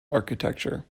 architecture